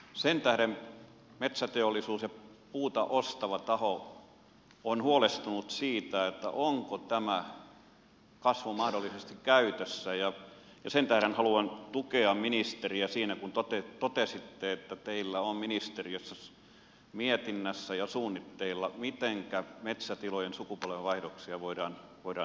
sen tähden metsäteollisuus ja puuta ostava taho on huolestunut siitä onko tämä kasvu mahdollisesti käytössä ja sen tähden haluan tukea ministeriä siinä kun totesitte että teillä on ministeriössä mietinnässä ja suunnitteilla mitenkä metsätilojen sukupolvenvaihdoksia voidaan edistää